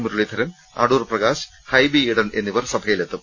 മുരളീധരൻ അടൂർപ്രകാശ് ഹൈബി ഈഡൻ എന്നിവർ സഭയിലെത്തും